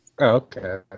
Okay